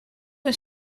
een